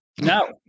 no